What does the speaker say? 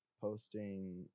posting